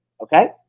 okay